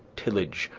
tillage,